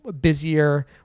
busier